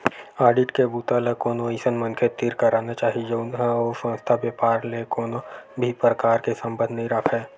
audit के बूता ल कोनो अइसन मनखे तीर कराना चाही जउन ह ओ संस्था, बेपार ले कोनो भी परकार के संबंध नइ राखय